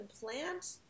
plant